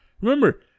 Remember